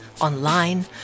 online